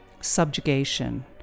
subjugation